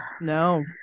no